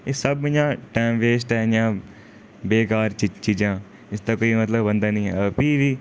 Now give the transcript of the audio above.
एह् सब इ'यां टाइम वेस्ट ऐ इयां बेकार ची चीजां इसदा कोई मतलब बनदा नेईं ऐ फ्ही बी